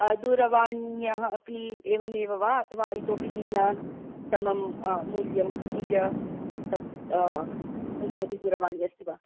दूरवाण्यः अपि एवमेव वा अथवा इतोपि न्यूनतमं मूल्यं मूल्य मूल्यवती दूरवाणी अस्ति वा